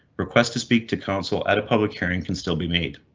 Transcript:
request to speak to console at a public hearing can still be made.